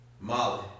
Molly